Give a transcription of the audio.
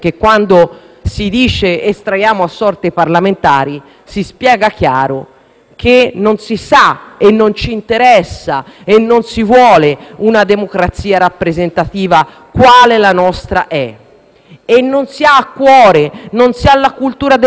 chiaramente che non interessa e non si vuole una democrazia rappresentativa, qual è la nostra. Non si ha a cuore e non si ha la cultura delle istituzioni, non si conosce la nostra storia, non si conosce com'è nata l'Italia